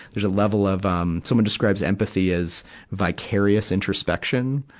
there's a level of, um, someone describes empathy as vicarious introspection.